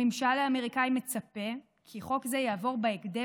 הממשל האמריקאי מצפה שחוק זה יעבור בהקדם